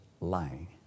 Lying